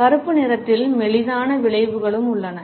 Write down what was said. கருப்பு நிறத்தில் மெலிதான விளைவுகளும் உள்ளன